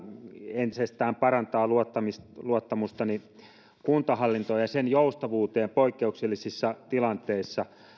entisestään parantaa luottamustani luottamustani kuntahallintoon ja sen joustavuuteen poikkeuksellisissa tilanteissa